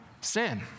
sin